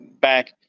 back